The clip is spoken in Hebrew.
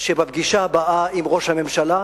שבפגישה הבאה עם ראש הממשלה,